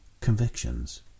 convictions